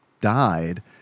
died